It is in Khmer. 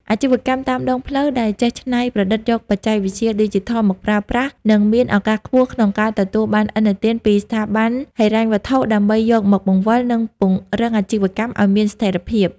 អាជីវកម្មតាមដងផ្លូវដែលចេះច្នៃប្រឌិតយកបច្ចេកវិទ្យាឌីជីថលមកប្រើប្រាស់ នឹងមានឱកាសខ្ពស់ក្នុងការទទួលបានឥណទានពីស្ថាប័នហិរញ្ញវត្ថុដើម្បីយកមកបង្វិល និងពង្រឹងអាជីវកម្មឱ្យមានស្ថិរភាព។